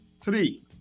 three